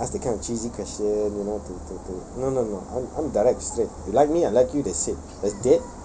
ask that kind of cheesy question you know to to to no no no I'm I'm direct straight you like me I like you that's it